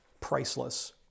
priceless